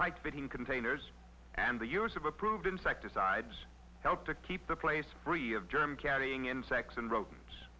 tight fitting containers and the use of approved insecticides help to keep the place free of germ carrying insects and rodents